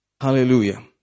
Hallelujah